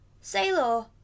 Sailor